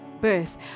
birth